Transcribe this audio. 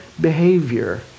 behavior